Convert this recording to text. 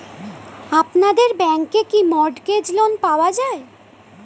আপনাদের ব্যাংকে কি মর্টগেজ লোন পাওয়া যায়?